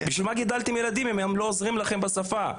בשביל מה גידלתם ילדים אם הם לא עוזרים לכם בשפה?".